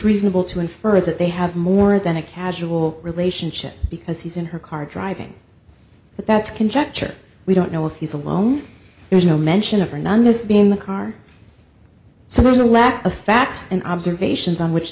reasonable to infer that they have more than a casual relationship because she's in her car driving but that's conjecture we don't know if she's alone there's no mention of her none just being in the car so there's a lack of facts and observations on which